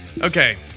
Okay